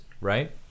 right